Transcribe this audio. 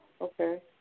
Okay